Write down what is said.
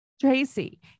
Tracy